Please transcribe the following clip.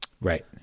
Right